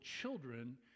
children